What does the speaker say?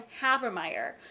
havermeyer